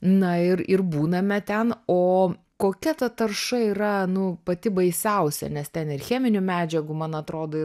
na ir ir būname ten o kokia ta tarša yra nu pati baisiausia nes ten ir cheminių medžiagų man atrodo